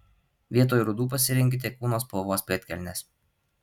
vietoj rudų pasirinkite kūno spalvos pėdkelnes